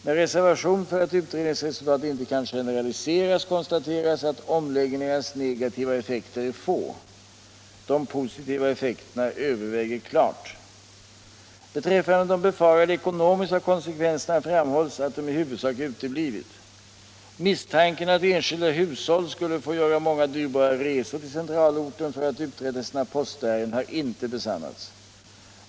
Med reservation för att utredningsresultatet inte kan generaliseras konstateras att omläggningarnas negativa effekter är få. De positiva effekterna överväger klart. Beträffande de befarade ekonomiska konsekvenserna framhålls att de i huvudsak har uteblivit. Misstanken att enskilda hushåll skulle få göra många dyrbara resor till centralorten för att uträtta sina postärenden har inte besannats.